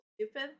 stupid